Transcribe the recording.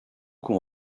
qu’on